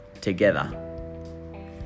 together